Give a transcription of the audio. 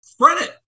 Credit